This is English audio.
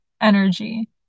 energy